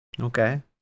Okay